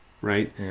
right